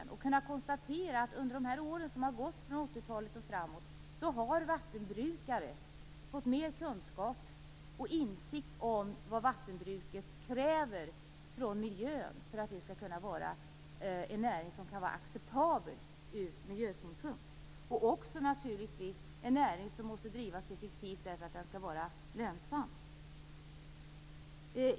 Man har kunnat konstatera att under de år som har gått, från 80-talet och framåt, har vattenbrukare fått mer kunskap och insikt i vad miljön kräver av vattenbruket för att det skall kunna vara en näring som är acceptabel ur miljösynpunkt. Naturligtvis måste näringen även drivas effektivt, därför att den skall vara lönsam.